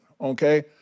okay